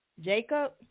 Jacob